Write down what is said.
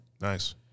Nice